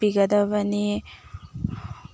ꯄꯤꯒꯗꯕꯅꯤ